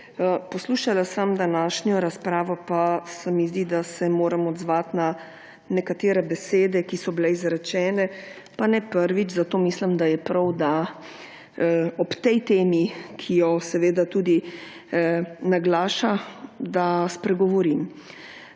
Poslušala sem današnjo razpravo, pa se mi zdi, da se moram odzvati na nekatere besede, ki so bile izrečene, pa ne prvič, zato mislim, da je prav, da ob tej temi, ki jo seveda tudi naglaša, da spregovorim.